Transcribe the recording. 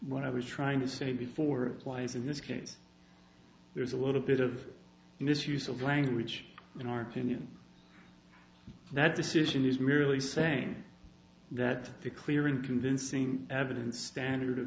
when i was trying to say before applies in this case there's a little bit of misuse of language in our opinion that decision is merely saying that if a clear and convincing evidence standard of